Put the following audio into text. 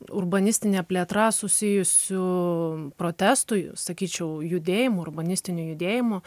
urbanistine plėtra susijusių protestų sakyčiau judėjimų urbanistinių judėjimų